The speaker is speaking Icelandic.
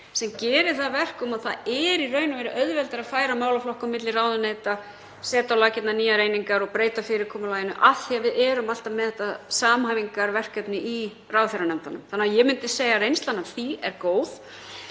Það gerir að verkum að það er í raun og veru auðveldara að færa málaflokka á milli ráðuneyta, setja á laggirnar nýjar einingar og breyta fyrirkomulaginu af því að við erum alltaf með þetta samhæfingarverkefni í ráðherranefndunum. Ég myndi segja að reynslan af því sé góð.